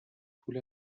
پول